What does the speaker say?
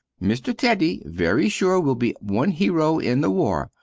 mr. teddy very sure will be one hero in the war,